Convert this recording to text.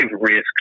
risk